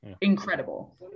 incredible